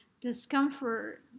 discomfort